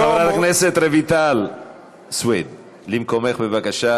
חברת הכנסת רויטל סויד, למקומך, בבקשה.